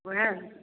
वएह ने